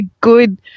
good